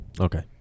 Okay